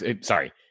sorry